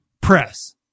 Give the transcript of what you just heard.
press